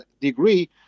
degree